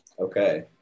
Okay